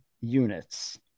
units